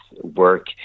work